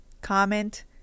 comment